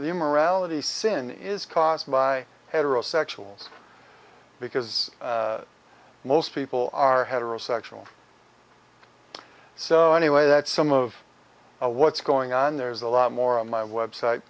the immorality sin is caused by heterosexuals because most people are heterosexual so anyway that some of what's going on there's a lot more on my website